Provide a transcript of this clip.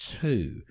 two